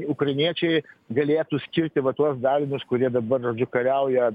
ukrainiečiai galėtų skirti va tuos dalinius kurie dabar kariauja